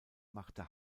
machte